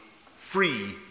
free